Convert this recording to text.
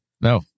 No